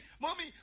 mommy